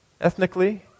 ethnically